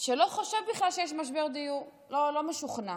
שלא חושב בכלל שיש משבר דיור, לא משוכנע.